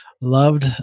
loved